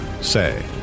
say